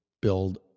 build